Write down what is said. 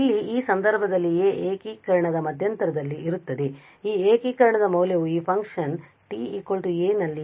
ಆದ್ದರಿಂದ ಇಲ್ಲಿ ಈ ಸಂದರ್ಭದಲ್ಲಿ a ಏಕೀಕರಣದ ಮಧ್ಯಂತರದಲ್ಲಿ ಇರುತ್ತದೆ ಮತ್ತು ಈ ಏಕೀಕರಣದ ಮೌಲ್ಯವು ಈ ಫಂಕ್ಷನ್ ta ನಲ್ಲಿ e −st ಮೌಲ್ಯವಾಗಿರುತ್ತದೆಗೆ